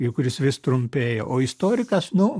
ir kuris vis trumpėja o istorikas nu